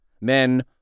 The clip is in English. Men